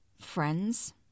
friends